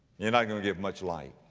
you're not going to give much light.